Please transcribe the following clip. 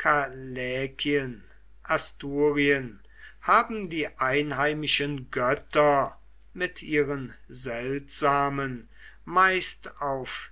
callaekien asturien haben die einheimischen götter mit ihren seltsamen meist auf